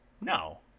No